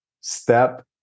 step